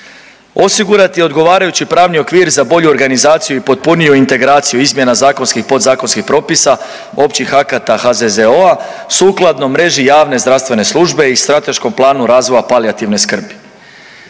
osigurati odgovarajući pravni okvir za bolju organizaciju i potpuniju integraciju izmjena zakonskih i podzakonskih propisa, općih akata HZZO-a sukladno mreži javne zdravstvene službe i strateškom planu razvoja palijativne skrbi.